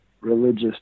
religious